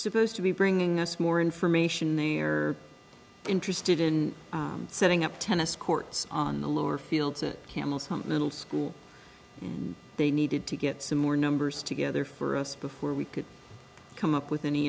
supposed to be bringing us more information they are interested in setting up tennis courts on the lower fields it camel's hump middle school and they needed to get some more numbers together for us before we could come up with any